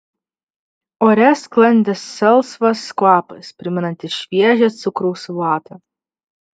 ore sklandė salsvas kvapas primenantis šviežią cukraus vatą